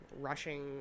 rushing